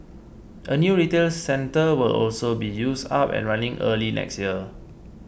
a new retails centre will also be used up and running early next year